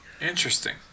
Interesting